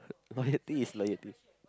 loyalty is loyalty